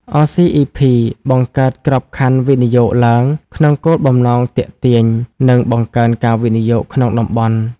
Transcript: អ សុី អុី ភី(RCEP) បង្កើតក្របខណ្ឌវិនិយោគឡើង ក្នុងគោលបំណងទាក់ទាញ និងបង្កើនការវិនិយោគក្នុងតំបន់។